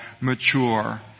mature